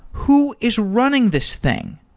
who is running this thing?